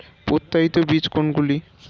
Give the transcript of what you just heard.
প্রত্যায়িত বীজ কোনগুলি?